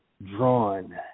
Drawn